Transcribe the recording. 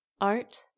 art